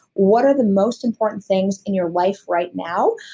what are the most important things in your life right now?